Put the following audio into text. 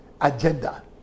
agenda